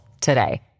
today